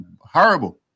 horrible